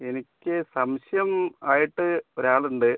എനിക്ക് സംശയം ആയിട്ട് ഒരാളുണ്ട്